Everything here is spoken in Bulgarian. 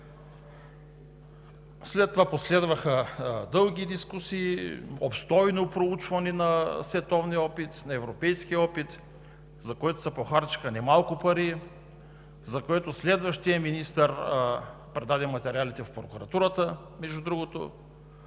страната. Последваха дълги дискусии, обстойно проучване на световния, на европейския опит, за което се похарчиха немалко пари, за което следващият министър предаде материалите в прокуратурата, между другото,